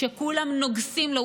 שכולם נוגסים לו,